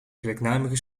gelijknamige